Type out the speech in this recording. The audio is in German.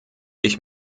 ich